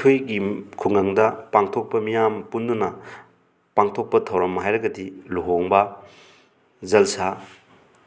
ꯑꯩꯈꯣꯏꯒꯤ ꯈꯨꯡꯒꯪꯗ ꯄꯥꯡꯊꯣꯛꯄ ꯃꯤꯌꯥꯝ ꯄꯨꯟꯗꯨꯅ ꯄꯥꯡꯊꯣꯛꯄ ꯊꯧꯔꯝ ꯍꯥꯏꯔꯒꯗꯤ ꯂꯨꯍꯣꯉꯕ ꯖꯜꯁꯥ